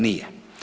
Nije.